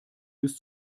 bis